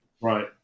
Right